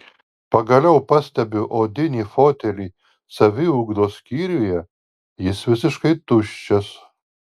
pagaliau pastebiu odinį fotelį saviugdos skyriuje jis visiškai tuščias